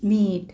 मीठ